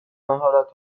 مهارت